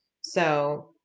So-